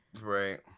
Right